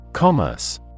Commerce